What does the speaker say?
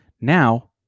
Now